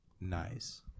Nice